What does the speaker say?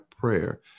prayer